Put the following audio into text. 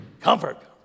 comfort